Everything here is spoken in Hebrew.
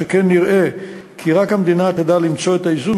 שכן נראה כי רק המדינה תדע למצוא את האיזון